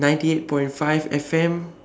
ninety eight point five F_M